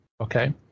okay